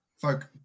folk